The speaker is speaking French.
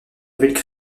nouvelle